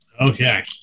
Okay